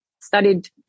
Studied